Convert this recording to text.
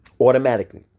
Automatically